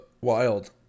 Wild